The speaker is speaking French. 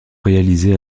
réalisés